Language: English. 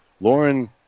Lauren